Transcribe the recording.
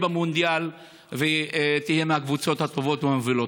במונדיאל ותהיה מהקבוצות הטובות והמובילות.